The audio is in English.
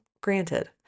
granted